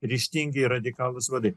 ryžtingi radikalų srovė